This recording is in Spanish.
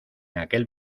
aquel